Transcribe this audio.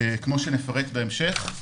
כפי שנפרט בהמשך.